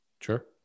Sure